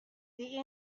the